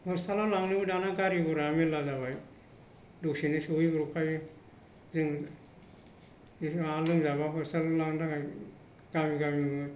hospital आव लांनोबो दाना गारि गरा मेरला जाबाय दसेनो सहैब्रबखायो जों माबा लोमजाबा हस्पितालाव लांनो थाखाय गामि गामि